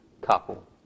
couple